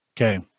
Okay